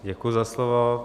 Děkuji za slovo.